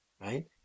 right